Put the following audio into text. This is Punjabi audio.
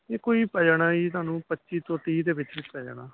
ਇਹ ਕੋਈ ਪੈ ਜਾਣਾ ਜੀ ਤੁਹਾਨੂੰ ਪੱਚੀ ਤੋਂ ਤੀਹ ਦੇ ਵਿੱਚ ਵਿੱਚ ਪੈ ਜਾਣਾ